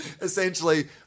Essentially